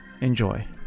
Enjoy